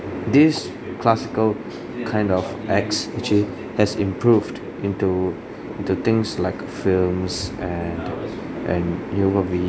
this classical kind of acts which it has improved into the things like films and and new movie